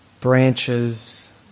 branches